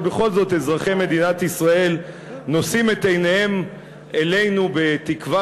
אבל בכל זאת אזרחי מדינת ישראל נושאים את עיניהם אלינו בתקווה